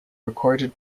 recorded